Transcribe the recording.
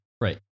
Right